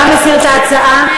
אתה מסיר את ההצעה?